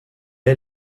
est